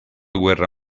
guerra